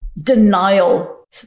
denial